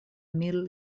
mil